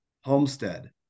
Homestead